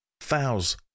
Fouls